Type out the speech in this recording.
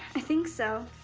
i think so.